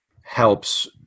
helps